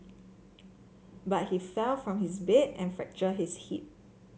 but he fell from his bed and fractured his hip